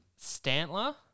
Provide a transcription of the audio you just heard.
Stantler